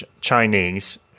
Chinese